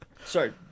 sorry